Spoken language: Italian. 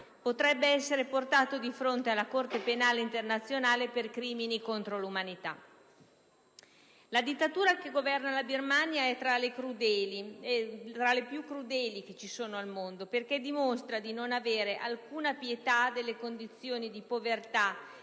potrebbe essere portato di fronte alla Corte penale internazionale per crimini contro l'umanità. La dittatura che governa la Birmania è fra le più crudeli al mondo perché dimostra di non avere alcuna pietà delle condizioni di povertà,